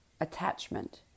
attachment